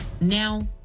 Now